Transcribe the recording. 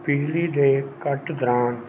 ਬਿਜਲੀ ਦੇ ਕੱਟ ਦੌਰਾਨ